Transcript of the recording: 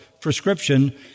prescription